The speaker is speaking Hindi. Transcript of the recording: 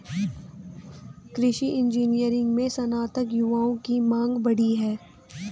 कृषि इंजीनियरिंग में स्नातक युवाओं की मांग बढ़ी है